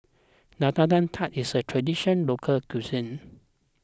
Nutella Tart is a Traditional Local Cuisine